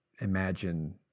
imagine